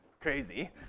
crazy